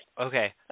Okay